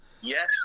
yes